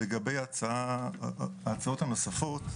לגבי ההצעות הנוספות,